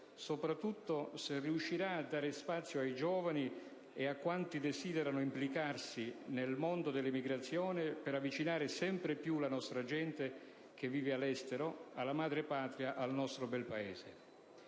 soprattutto se riuscirà a dare spazio ai giovani e a quanti desiderano impegnarsi nel mondo dell'emigrazione per avvicinare sempre più i nostri concittadini all'estero alla madrepatria, al nostro bel Paese.